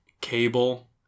cable